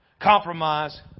compromise